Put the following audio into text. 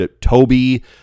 Toby